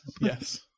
Yes